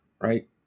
right